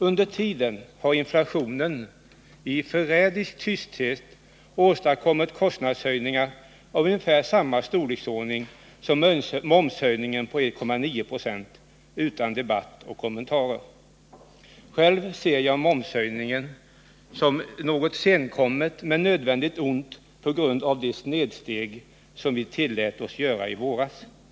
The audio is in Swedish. Under tiden har inflationen i förrädisk tysthet åstadkommit kostnadshöjningar av ungefär samma storleksordning som momshöjningen på 1,9 96, utan att det föranlett debatt och kommentarer. Själv ser jag momshöjningen som ett något senkommet men på grund av det snedsteg vi tillät oss göra i våras nödvändigt ont.